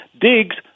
Diggs